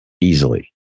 easily